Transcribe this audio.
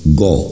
go